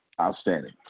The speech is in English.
Outstanding